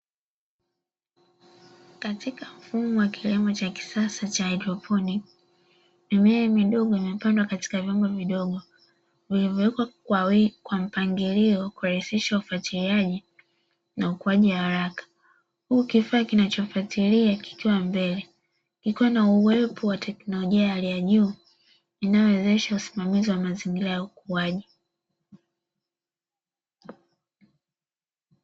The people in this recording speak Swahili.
Katika mfumo wa kilimo cha kisasa cha hydroproni mimea midogo inayopandwa katika vyombo vidogo vilivyowekwa kwa mpangilio kurahisisha kufatiliaji na ukuaji haraka huku kifaa kinachofatiria kikiwa mbele kikiwa na uwepo wa teknolojia ya hali ya juu inayowezesha usimamizi wa mazingira ya ukuaji.